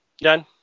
done